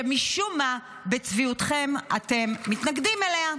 שמשום מה בצביעותכם אתם מתנגדים לה.